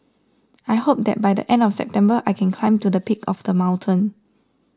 I hope that by the end of September I can climb to the peak of the mountain